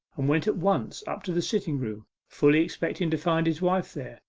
and went at once up to the sitting-room, fully expecting to find his wife there.